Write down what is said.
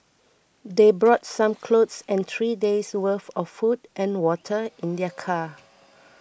they brought some clothes and three days' worth of food and water in their car